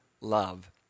love